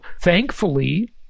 thankfully